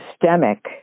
systemic